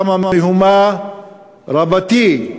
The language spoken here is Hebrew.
קמה מהומה רבתי.